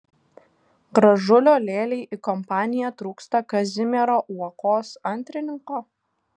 gražulio lėlei į kompaniją trūksta kazimiero uokos antrininko